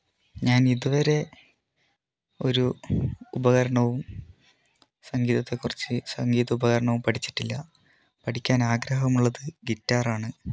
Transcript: ഞാൻ ഇതുവരെ ഒരു ഉപകരണവും സംഗീതത്തെക്കുറിച്ച് സംഗീത ഉപകരണവും പഠിച്ചിട്ടില്ല പഠിക്കാൻ ആഗ്രഹമുള്ളത് ഗിറ്റാർ ആണ്